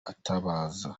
atabaza